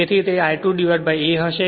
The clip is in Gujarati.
તેથી I 2 a હશે